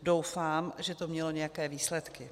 Doufám, že to mělo nějaké výsledky.